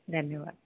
धन्यवाद